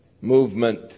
movement